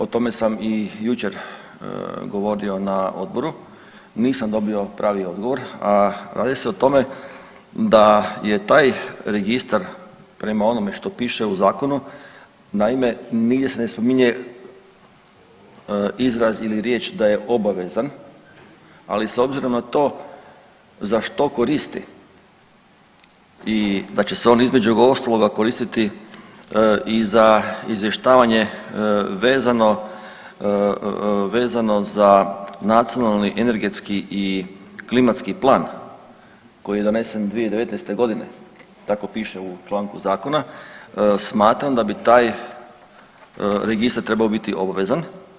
O tome sam i jučer govorio na odboru, nisam dobio pravi odgovor, a radi se o tome da je taj registar prema onome što piše u zakonu, naime nigdje se ne spominje izraz ili riječ da je obavezan, ali s obzirom na to za što koristi i da će se on između ostaloga koristiti i za izvještavanje vezano za Nacionalni energetski i klimatski plan koji je donesen 2019.g. tako piše u članku zakona, smatram da bi taj registar trebao biti obavezan.